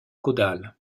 caudale